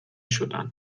شدن